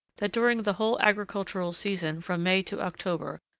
that during the whole agricultural season from may to october,